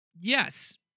yes